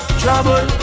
trouble